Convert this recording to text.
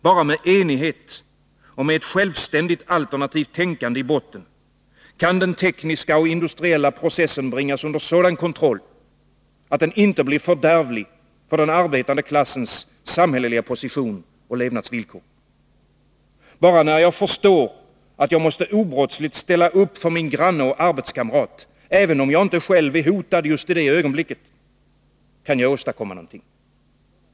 Bara med enighet och med ett självständigt, alternativt tänkande i botten kan den tekniska och industriella processen bringas under sådan kontroll att den inte blir fördärvlig för den arbetande klassens samhälleliga position och levnadsvillkor. Bara när jag förstår att jag måste obrottsligt ställa upp för min granne och arbetskamrat, även om jag inte själv är hotad, just i det ögonblicket, kan jag åstadkomma något.